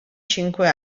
cinque